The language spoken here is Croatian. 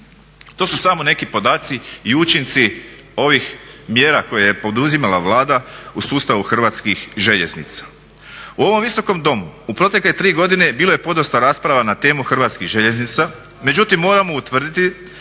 To su samo neki podaci i učinci ovih mjera koje je poduzimala Vlada u sustavu HŽ-a. U ovom Visokom domu u protekle tri godine bilo je podosta rasprava na temu HŽ-a međutim moramo utvrditi